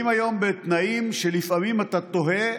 בתנאים שלפעמים אתה תוהה